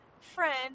friend